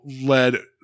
led